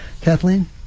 Kathleen